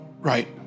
right